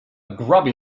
grubby